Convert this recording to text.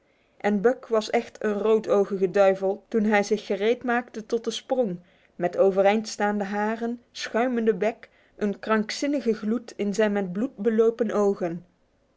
en buck was echt een roodogige duivel toen hij zich gereed maakte tot de sprong met overeind staande haren schuimende bek een krankzinnige gloed in zijn met bloed belopen ogen